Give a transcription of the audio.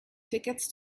tickets